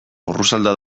porrusalda